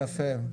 יפה.